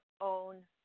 own